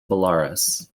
belarus